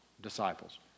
disciples